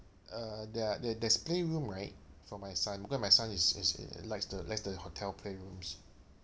uh there are there there's playroom right for my son because my son is is likes the likes the hotel playrooms